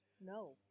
No